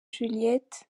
juliet